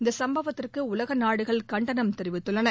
இந்த சம்பவத்திற்கு உலக நாடுகள் கண்டனம் தெரிவித்துள்ளன